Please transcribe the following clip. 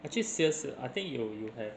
actually sales I think you you have